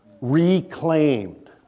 reclaimed